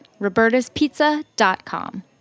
Roberta'spizza.com